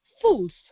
fools